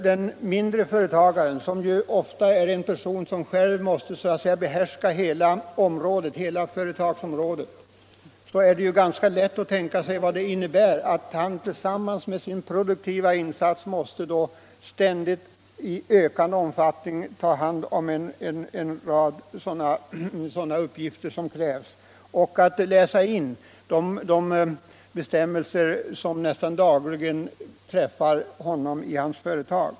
Den mindre företagaren är ofta en person som själv måste behärska hela företagsområdet. Det är ganska lätt att tänka sig vilka svårigheter det innebär för denne att tillsammans med sin produktiva insats i ständigt ökande omfattning tvingas ta hand om alla dessa uppgifter, och att läsa in de bestämmelser som kommer till nästan dagligen och som berör hans företag.